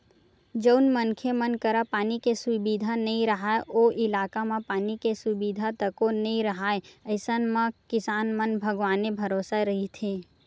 जउन मनखे मन करा पानी के सुबिधा नइ राहय ओ इलाका म पानी के सुबिधा तको नइ राहय अइसन म किसान मन भगवाने भरोसा रहिथे